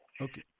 Okay